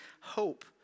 hope